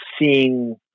seeing